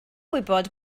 gwybod